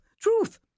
truth